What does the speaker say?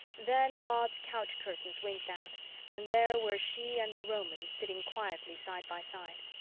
then maud's couch curtains winked out and there were she and the roman sitting quietly side by side.